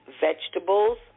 vegetables